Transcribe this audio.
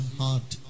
heart